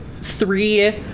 three